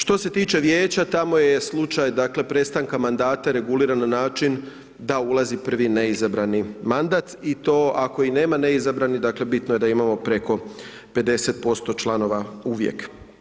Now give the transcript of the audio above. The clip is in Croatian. Što se tiče vijeća, tamo je slučaj, dakle, prestanka mandata reguliran na način, da ulazi prvi neizabrani mandat i to ako nema izabrani, bitno je da imamo preko 50% članova uvijek.